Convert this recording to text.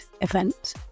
event